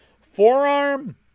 forearm